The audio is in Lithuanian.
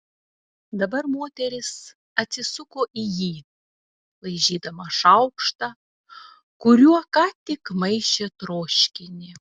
dabar moteris atsisuko į jį laižydama šaukštą kuriuo ką tik maišė troškinį